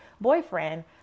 boyfriend